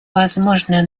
возможное